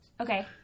Okay